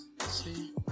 see